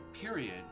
period